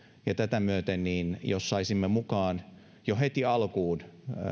ja tätä myöten jos saisimme mukaan jo heti alkuun